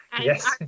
yes